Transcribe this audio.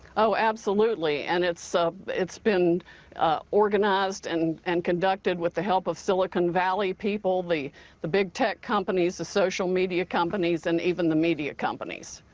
oh, absolutely. and it's so it's been ah organized and and conducted with the help of silicon valley people. the the big tech companies, the social media companies, and even the media companies.